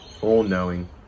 all-knowing